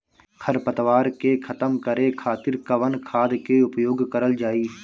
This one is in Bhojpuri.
खर पतवार के खतम करे खातिर कवन खाद के उपयोग करल जाई?